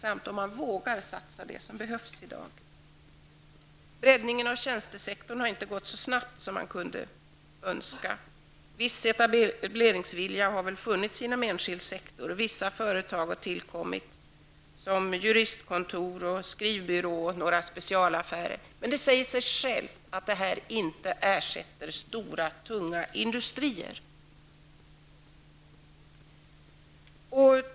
Man vet inte om man vågar satsa det som behövs i dag. Breddningen av tjänstesektorn har inte gått så snabbt som man kunde önska. En viss etableringsvilja har nog funnits inom den enskilda sektorn, och vissa företag har tillkommit -- t.ex. juristkontor, skrivbyrå och några specialaffärer. Men det säger sig självt att vad jag här har nämnt inte kan kompensera bortfallet av stora tunga industrier.